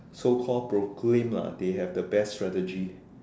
so called proclaim lah they have the best strategy